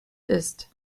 ist